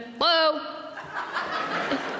hello